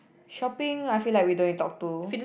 shopping I feel like we don't need talk to